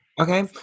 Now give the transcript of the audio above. Okay